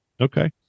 Okay